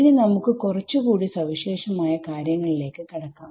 ഇനി നമുക്ക് കുറച്ചു കൂടി സവിശേഷമായ കാര്യങ്ങളിലേക്ക് കടക്കാം